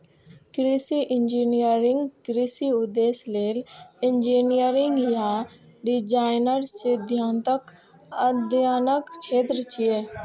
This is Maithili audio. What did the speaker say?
कृषि इंजीनियरिंग कृषि उद्देश्य लेल इंजीनियरिंग आ डिजाइन सिद्धांतक अध्ययनक क्षेत्र छियै